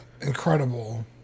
incredible